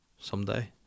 someday